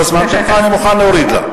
על חשבון הזמן שלך אני מוכן להוריד לה.